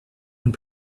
one